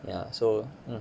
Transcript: ya so mm